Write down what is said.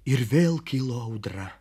ir vėl kilo audra